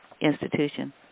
institution